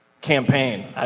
campaign